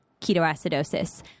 ketoacidosis